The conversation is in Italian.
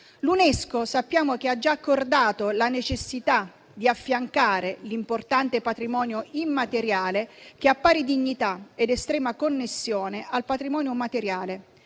l'UNESCO ha già accordato la necessità di affiancare l'importante patrimonio immateriale, che ha pari dignità ed estrema connessione, al patrimonio materiale